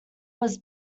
was